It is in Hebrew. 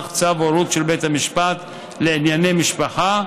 צו הורות של בית המשפט לענייני משפחה,